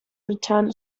return